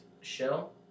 shell